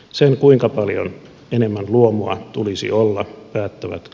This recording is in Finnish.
sen kuinka paljon enemmän luomua tulisi olla pettynyt